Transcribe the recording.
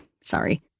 sorry